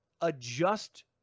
adjust